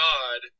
God